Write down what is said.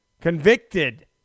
convicted